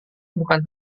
bukan